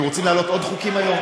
אתם רוצים להעלות עוד חוקים היום?